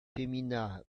femina